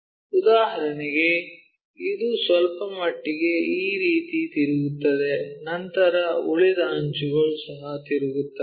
ಉದಾಹರಣೆಗೆ ಇದು ಸ್ವಲ್ಪಮಟ್ಟಿಗೆ ಈ ರೀತಿ ತಿರುಗುತ್ತದೆ ನಂತರ ಉಳಿದ ಅಂಚುಗಳು ಸಹ ತಿರುಗುತ್ತವೆ